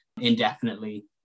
indefinitely